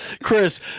chris